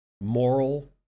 moral